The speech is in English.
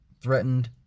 threatened